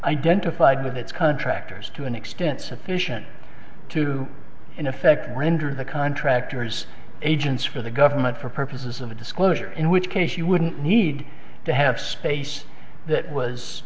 identified with its contractors to an extent sufficient to in effect render the contractors agents for the government for purposes of a disclosure in which case you wouldn't need to have space that was